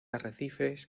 arrecifes